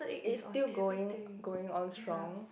is still going going on strong